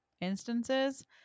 instances